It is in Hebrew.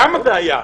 למה זה היה?